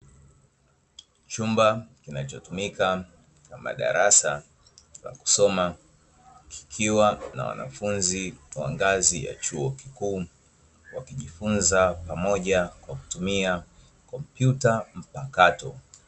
Chumba kinachotumika kama darasa la kusomea, kikiwa na wanafunzi wa ngazi ya chuo kikuu wakijifunza kwa pamoja wakitumia kopyuta mpakato.